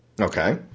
Okay